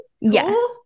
Yes